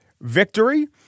Victory